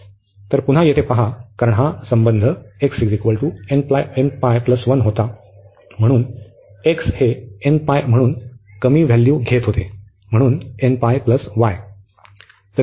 तर पुन्हा येथे पहा कारण हा संबंध x nπ 1 होता म्हणून x हे nπ म्हणून कमी व्हॅल्यू घेत होते म्हणून nπ y